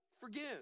forgive